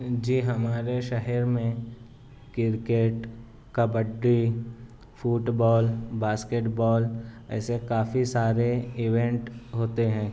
جی ہمارے شہر میں cricket kabaddi football basketball ایسے کافی سارے ایونٹ ہوتے ہیں